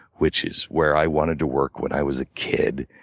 which is where i wanted to work when i was a kid.